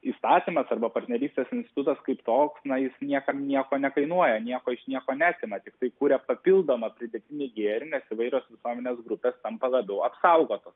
įstatymas arba partnerystės institutas kaip toks na jis niekam nieko nekainuoja nieko iš nieko neatima tiktai kuria papildomą pridėtinį gėrį nes įvairios visuomenės grupės tampa labiau apsaugotos